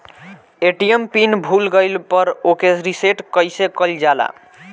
ATM PIN भूल गईल पर ओके रीसेट कइसे कइल जाला?